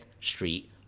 Street